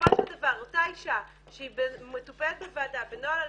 בסופו של דבר אותה אישה שהיא מטופלת בוועדה בנוהל אלימות,